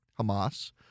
Hamas